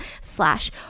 slash